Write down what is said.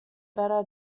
beta